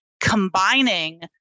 combining